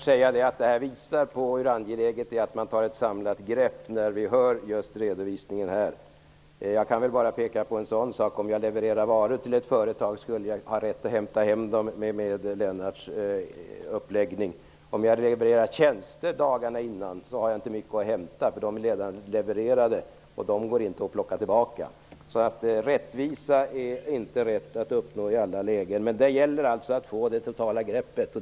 Herr talman! Jag vill bara säga att denna redovisning visar hur angeläget det är att man tar ett samlat grepp. Jag kan peka på en sak. Om jag levererar varor till ett företag skulle jag med Lennart Hedquists uppläggning ha rätt att hämta hem dem. Om jag däremot dagarna innan har levererat tjänster har jag inte mycket att hämta. De är redan levererade och går inte att plocka tillbaka. Det är inte lätt att uppnå rättvisa i alla lägen. Men det gäller att få den totala bilden.